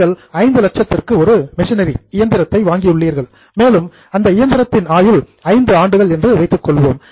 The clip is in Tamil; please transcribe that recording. நீங்கள் 5 லட்சத்திற்கு ஒரு மிஷினரி இயந்திரத்தை வாங்கி உள்ளீர்கள் மேலும் அந்த இயந்திரத்தின் ஆயுள் ஐந்து ஆண்டுகள் என்று வைத்துக் கொள்வோம்